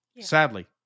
Sadly